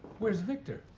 where's victor?